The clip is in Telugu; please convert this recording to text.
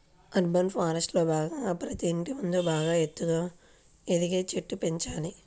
అర్బన్ ఫారెస్ట్రీలో భాగంగా ప్రతి ఇంటి ముందు బాగా ఎత్తుగా ఎదిగే చెట్లను పెంచాలి